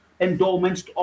endowments